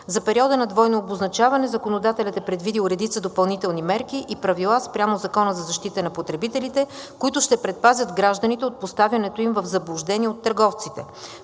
За периода на двойно обозначаване законодателят е предвидил редица допълнителни мерки и правила спрямо Закона за защита на потребителите, които ще предпазят гражданите от поставянето им в заблуждение от търговците.